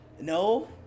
no